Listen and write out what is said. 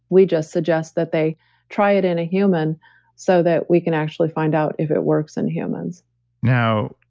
we just suggest that they try it in a human so that we can actually find out if it works in humans now,